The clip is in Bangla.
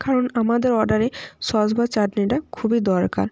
কারণ আমাদের অর্ডারে সস বা চাটনিটা খুবই দরকার